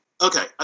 Okay